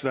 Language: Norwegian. SV.